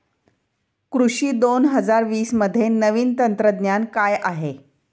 कृषी दोन हजार वीसमध्ये नवीन तंत्रज्ञान काय आहे?